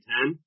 Ten